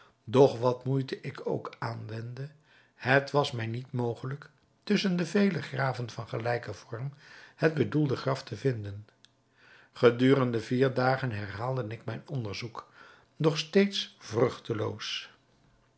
doch wat moeite ik ook aanwendde het was mij niet mogelijk tusschen de vele graven van gelijken vorm het bedoelde graf te vinden gedurende vier dagen herhaalde ik mijn onderzoek doch steeds